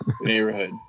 neighborhood